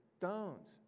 Stones